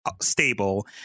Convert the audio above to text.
stable